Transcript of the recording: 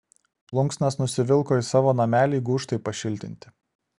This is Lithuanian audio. plunksnas nusivilko į savo namelį gūžtai pašiltinti